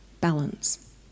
balance